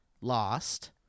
Lost